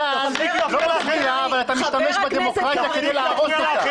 איתן, אתה משתמש בדמוקרטיה כדי להרוס אותה.